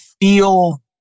feel